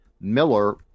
Miller